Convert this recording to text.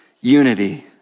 unity